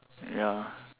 ya